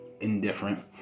indifferent